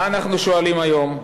מה אנחנו שואלים היום?